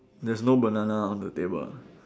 there's no banana on the table ah